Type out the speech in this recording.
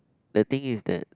the thing is that